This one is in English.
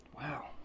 Wow